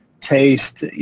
taste